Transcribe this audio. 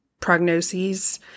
prognoses